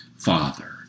Father